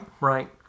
right